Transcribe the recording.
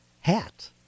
hat